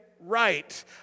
right